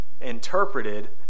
interpreted